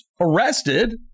arrested